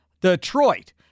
Detroit